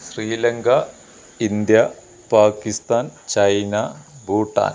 Sri Lanka India Pakistan China Bhutan